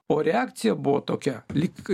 o reakcija buvo tokia lyg